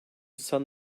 sun